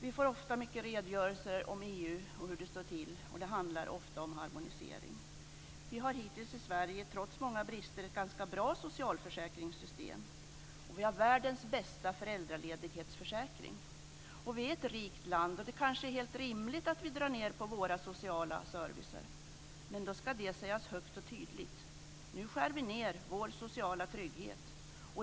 Vi får ofta redogörelser om EU och hur det står till, och det handlar ofta om harmonisering. Vi har hittills i Sverige, trots många brister, ett ganska bra socialförsäkringssystem, och vi har världens bästa föräldraledighetsförsäkring. Vi är ett rikt land, och det är kanske helt rimligt att vi drar ned på vår sociala service. Men då ska det sägas högt och tydligt. Nu skär vi ned vår sociala trygghet.